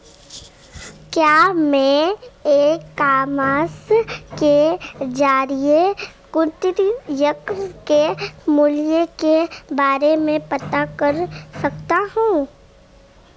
क्या मैं e commerce के ज़रिए कृषि यंत्र के मूल्य के बारे में पता कर सकता हूँ?